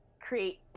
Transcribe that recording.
create –